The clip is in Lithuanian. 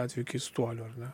atveju keistuoliu ar ne